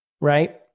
right